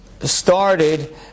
started